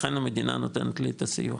לכן המדינה נותנת לי את הסיוע.